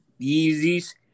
Yeezys